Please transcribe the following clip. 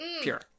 pure